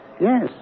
yes